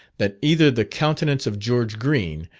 that either the countenance of george green,